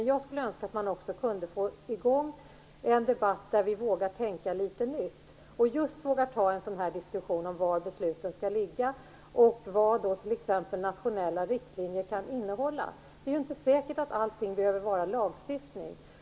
Jag skulle önska att det också var möjligt att få i gång en debatt där vi vågar tänka litet nytt och just vågar ta en diskussion om var besluten skall ligga och om vad t.ex. nationella riktlinjer kan innehålla. Det är inte säkert att allting kräver lagstiftning.